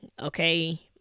Okay